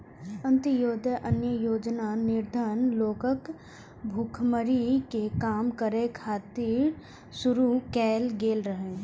अंत्योदय अन्न योजना निर्धन लोकक भुखमरी कें कम करै खातिर शुरू कैल गेल रहै